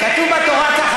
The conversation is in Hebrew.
כתוב בתורה ככה,